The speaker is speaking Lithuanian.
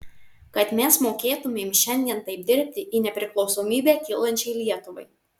kad mes mokėtumėm šiandien taip dirbti į nepriklausomybę kylančiai lietuvai